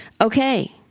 okay